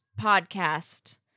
podcast